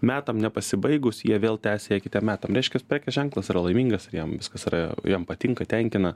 metam nepasibaigus jie vėl tęsia kitiem metam reiškia prekės ženklas yra laimingas ir jam viskas yra jam patinka tenkina